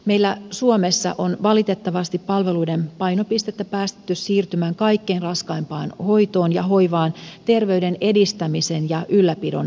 meillä suomessa on valitettavasti palveluiden painopistettä päästetty siirtymään kaikkein raskaimpaan hoitoon ja hoivaan terveyden edistämisen ja ylläpidon sijaan